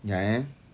jap eh